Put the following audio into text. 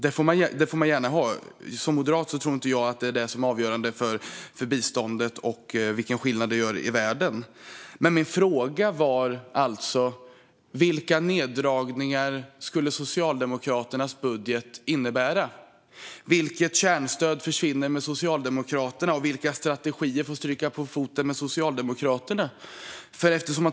Det får man gärna ha, men som moderat tror jag inte att det är det som är avgörande för biståndet och vilken skillnad det gör i världen. Min fråga var vilka neddragningar Socialdemokraternas budget skulle innebära. Vilket kärnstöd försvinner hos Socialdemokraterna, och vilka strategier får stryka på foten hos Socialdemokraterna?